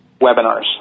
Webinars